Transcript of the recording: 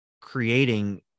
creating